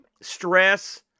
stress